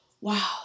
Wow